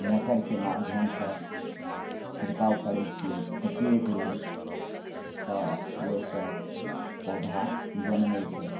मोटरके माध्यमसे छिड़काव करै छिए प्रत्येक रोज तऽ ओहिसे पौधा जनमै छै